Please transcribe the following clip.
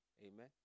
Amen